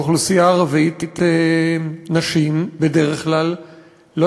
באוכלוסייה הערבית נשים בדרך כלל לא